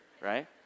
right